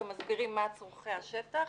או מסבירים מה צרכי השטח.